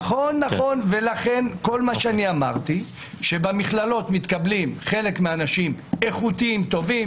אומר זה שחלק מהאנשים שמתקבלים למכללות הם איכותיים וטובים,